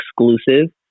exclusive